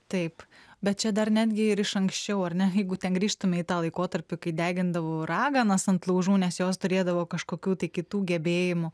taip bet čia dar netgi ir iš anksčiau ar ne jeigu ten grįžtum į tą laikotarpį kai degindavo raganas ant laužų nes jos turėdavo kažkokių kitų gebėjimų